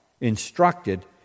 instructed